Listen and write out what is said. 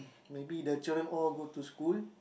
maybe the children all go to school